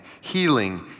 healing